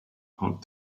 out